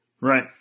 Right